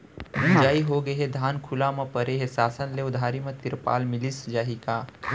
मिंजाई होगे हे, धान खुला म परे हे, शासन ले उधारी म तिरपाल मिलिस जाही का?